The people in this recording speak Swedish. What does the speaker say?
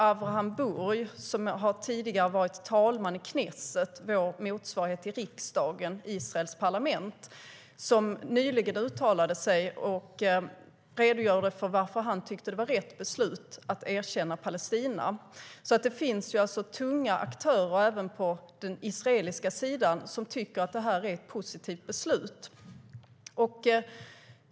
Avraham Burg, tidigare talman i det israeliska parlamentet Knesset, redogjorde nyligen för varför han tycker att det var rätt beslut att erkänna Palestina. Det finns alltså tunga aktörer även på den israeliska sidan som tycker att det är ett positivt beslut.